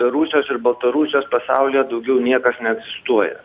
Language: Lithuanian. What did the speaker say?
be rusijos ir baltarusijos pasaulyje daugiau niekas neegzistuoja